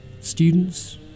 students